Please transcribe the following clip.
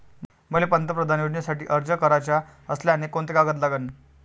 मले पंतप्रधान योजनेसाठी अर्ज कराचा असल्याने कोंते कागद लागन?